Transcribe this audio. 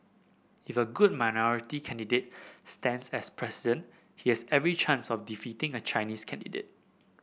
if a good minority candidate stands as President he has every chance of defeating a Chinese candidate